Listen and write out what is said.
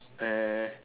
eh